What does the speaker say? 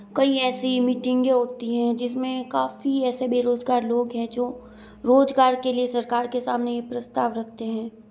कई ऐसी मीटिंगें होती हैं जिस में काफ़ी ऐसे बेरोज़गार लोग हैं जो रोज़गार के लिए सरकार के सामने ये प्रस्ताव रखते हैं